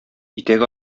итәк